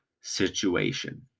situation